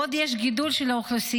בעוד יש גידול של האוכלוסייה,